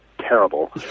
terrible